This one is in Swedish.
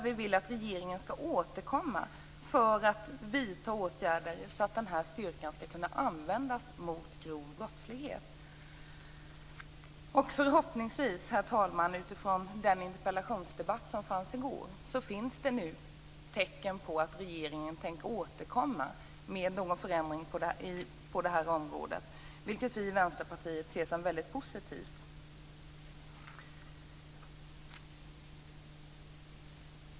Vi vill att regeringen skall återkomma med förslag om åtgärder, så att styrkan skall kunna användas mot grov brottslighet. Herr talman! Det finns att döma av den interpellationsdebatt som hölls i går tecken på att regeringen tänker återkomma med förslag om en förändring på detta område, vilket vi i Vänsterpartiet ser som väldigt positivt.